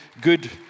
good